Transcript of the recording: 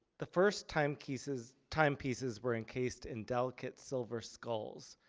the first timepieces timepieces were encased in delicate silver skulls.